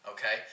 Okay